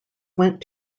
went